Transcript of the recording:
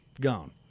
gone